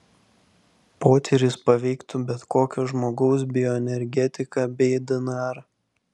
potyris paveiktų bet kokio žmogaus bioenergetiką bei dnr